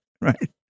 Right